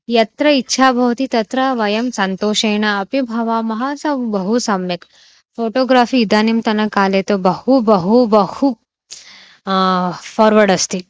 यत्र इच्छा भवति तत्र वयं सन्तोषेण अपि भवामः स बहु सम्यक् फ़ोटोग्राफ़ि इदानीन्तनकाले तु बहु बहु बहु फ़ार्वर्ड् अस्ति